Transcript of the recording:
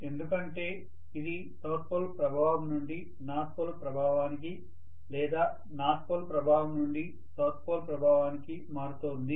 ఎందుకంటే ఇది south pole ప్రభావం నుండి నార్త్ పోల్ ప్రభావానికి లేదా నార్త్ పోల్ ప్రభావం నుండి సౌత్ పోల్ ప్రభావానికి మారుతోంది